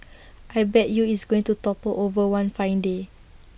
I bet you it's going to topple over one fine day